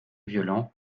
violent